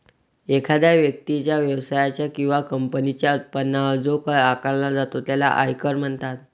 एखाद्या व्यक्तीच्या, व्यवसायाच्या किंवा कंपनीच्या उत्पन्नावर जो कर आकारला जातो त्याला आयकर म्हणतात